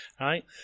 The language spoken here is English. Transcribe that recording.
Right